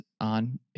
on